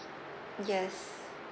yes